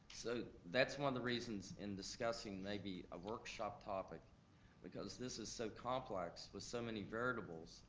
so that's one of the reasons in discussing maybe a workshop topic because this is so complex with so many variables,